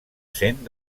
sent